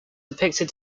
depicted